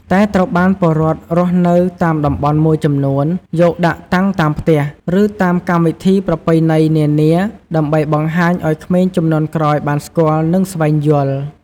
តែត្រូវបានពលរដ្ឋរស់នៅតាមតំបន់មួយចំនួន យកដាក់តាំងតាមផ្ទះ ឬតាមកម្មវិធីប្រពៃណីនានា ដើម្បីបង្ហាញឱ្យក្មេងជំនាន់ក្រោយបានស្គាល់ និងស្វែងយល់។